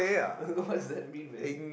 what does that mean man